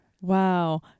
Wow